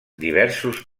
diversos